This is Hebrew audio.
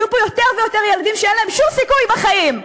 יהיו פה יותר ויותר ילדים שאין להם שום סיכוי בחיים.